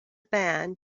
band